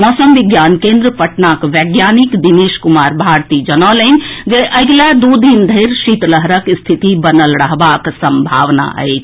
मौसम विज्ञान केन्द्र पटनाक वैज्ञानिक दिनेश कुमार भारती जनौलनि जे अगिला दू दिन धरि शीतलहरक स्थिति बनल रहबाक संभावना अछि